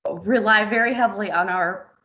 ah rely very heavily on our